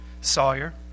Sawyer